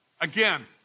Again